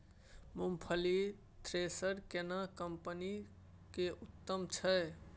मूंगफली थ्रेसर केना कम्पनी के उत्तम छै?